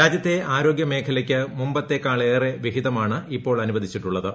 രാജ്യത്തെ ആരോഗ്യ മേഖലയ്ക്ക് മുമ്പത്തേക്കാളേറെ വിഹിതമാണ് ഇപ്പോൾ അനുവദിച്ചിട്ടുള്ളത്